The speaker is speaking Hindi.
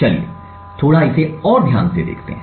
चलिए थोड़ा इसे और ध्यान से देखते हैं